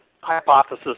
hypothesis